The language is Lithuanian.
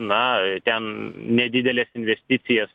na ten nedideles investicijas